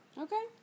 Okay